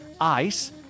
Ice